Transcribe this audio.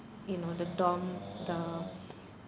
you know the dorm the